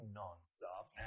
nonstop